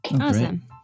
Awesome